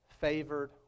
favored